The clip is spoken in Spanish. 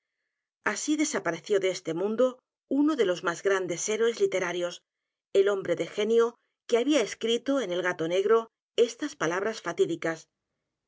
así desapareció de este mundo uno de los m á s g r a n d e s héroes literarios el hombre de genio que había escrito en el gato negro estas palabras fatídicas